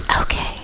Okay